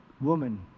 Woman